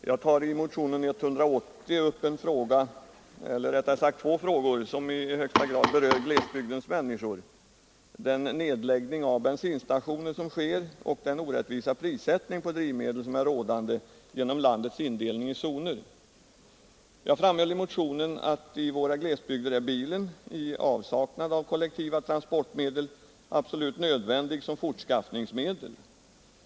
Herr talman! Jag tar i motionen 180 upp två frågor som i högsta grad berör glesbygdens människor, nämligen den nedläggning av bensinstationer som sker och den orättvisa prissättning på drivmedel som är rådande Jag framhåller i motionen att bilen i våra glesbygder — i avsaknad av kollektiva transportmedel — är absolut nödvändig som fortskaffningsmedel.